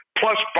plus